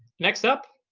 next up,